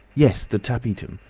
yes, the tapetum.